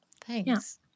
thanks